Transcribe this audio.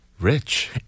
rich